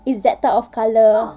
it's that type of colour